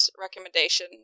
recommendation